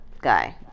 guy